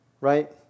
Right